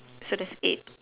so there is eight